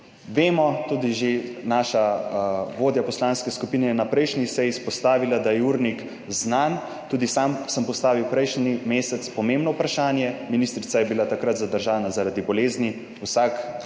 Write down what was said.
Vemo, tudi že naša vodja poslanske skupine je na prejšnji seji izpostavila, da je urnik znan. Tudi sam sem postavil prejšnji mesec pomembno vprašanje. Ministrica je bila takrat zadržana zaradi bolezni. Vsak ima